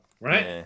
right